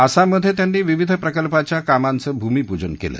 आसाममध्ये त्यांनी विविध प्रकल्पाच्या कामाचं भूमिपूजन केलं